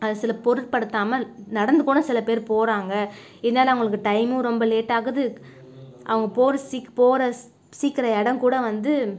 அது சிலர் பொருட்படுத்தாமல் நடந்து கூட சில பேர் போகிறாங்க இருந்தாலும் அவங்களுக்கு டைமும் ரொம்ப லேட்டாகுது அவங்க போகிற சீக் போகிற சீக்கிரம் இடம் கூட வந்து